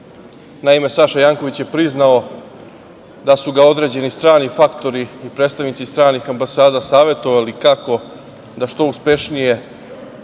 istinu. Naime, Saša Janković je priznao da su ga određeni strani faktori i predstavnici stranih ambasada savetovali kako da što uspešnije